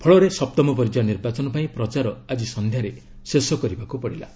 ଫଳରେ ସପ୍ତମ ପର୍ଯ୍ୟାୟ ନିର୍ବାଚନ ପାଇଁ ପ୍ରଚାର ଆଜି ସନ୍ଧ୍ୟାରେ ଶେଷ କରିବାକୁ ପଡ଼ିଲା